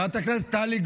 די.